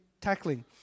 tackling